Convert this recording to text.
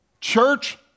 Church